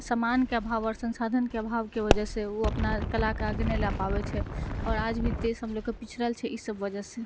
समानके अभाव आओर संसाधनके अभावके वजहसँ ओ अपना कलाके आगे नहि लऽ पाबै छै आओर आज भी देश हमलोगके पिछड़ल छै ई सब वजहसँ